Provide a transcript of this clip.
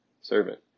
servant